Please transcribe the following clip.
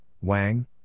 Wang